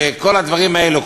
שכל הדברים האלה,